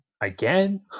again